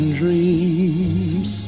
dreams